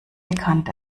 bekannt